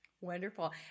Wonderful